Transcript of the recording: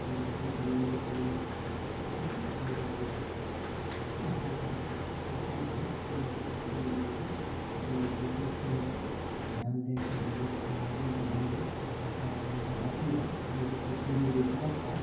बेहतर बनाने के लिए हम लोग जो है ऐसा करते हैं कि सरकार भी मतलब ध्यान देंगे और विशेष ध्यान देकर हम लोग को आगे बढ़ाएंगे और सरकार आगे बढ़ाती है हम लोग को पूर्ण विश्वास है